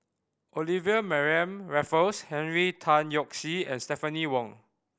Olivia Mariamne Raffles Henry Tan Yoke See and Stephanie Wong